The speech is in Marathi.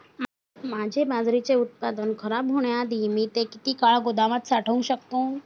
माझे बाजरीचे उत्पादन खराब होण्याआधी मी ते किती काळ गोदामात साठवू शकतो?